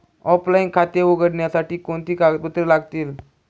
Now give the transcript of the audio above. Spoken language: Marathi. ऑफलाइन खाते उघडण्यासाठी कोणती कागदपत्रे लागतील?